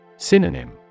Synonym